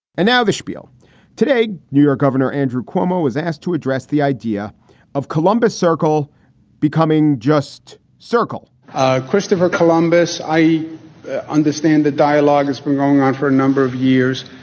and now the spiel today, new york governor andrew cuomo was asked to address the idea of columbus circle becoming just circle christopher columbus. i understand the dialogue has been going on for a number of years.